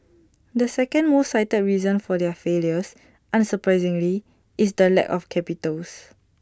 the second most cited reason for their failures unsurprisingly is the lack of capitals